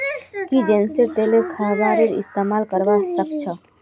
की जैस्मिनेर तेलक खाबारो इस्तमाल करवा सख छ